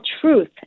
truth